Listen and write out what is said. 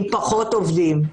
עם פחות עובדים,